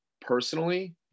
personally